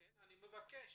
לכן אני מבקש